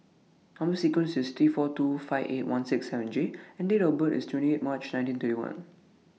Number sequence IS T four two five eight one six seven J and Date of birth IS twenty eight March nineteen thirty one